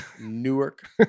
Newark